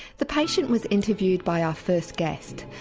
the patient was interviewed by our first guest,